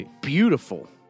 beautiful